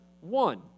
one